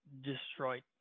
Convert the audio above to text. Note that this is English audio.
destroyed